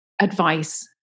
advice